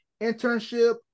internship